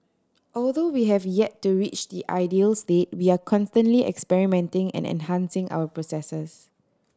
although we have yet to reach the ideal state we are constantly experimenting and enhancing our processes